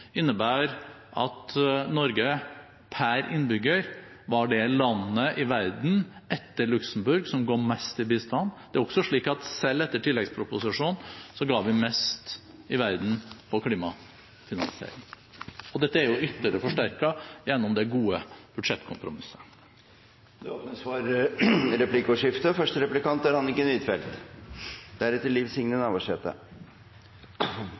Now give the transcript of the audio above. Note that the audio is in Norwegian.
innebærer at Norge per innbygger var det landet i verden, etter Luxembourg, som ga mest i bistand. Det er også slik at selv etter tilleggsproposisjonen ga vi mest i verden til klimafinansiering, og dette er ytterligere forsterket gjennom det gode budsjettkompromisset. Det blir replikkordskifte.